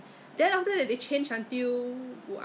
but then 他的 product 我不知道我都没听过